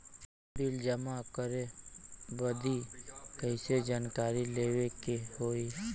Bill जमा करे बदी कैसे जानकारी लेवे के होई?